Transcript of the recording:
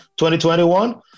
2021